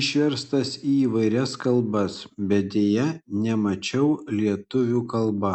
išverstas į įvairias kalbas bet deja nemačiau lietuvių kalba